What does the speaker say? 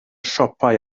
siopau